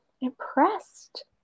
impressed